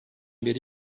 beri